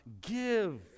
give